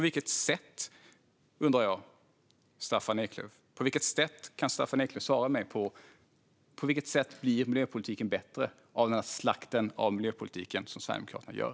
Jag undrar om Staffan Eklöf kan svara på frågan: På vilket sätt blir miljöpolitiken bättre av den slakt av miljöpolitiken som Sverigedemokraterna gör?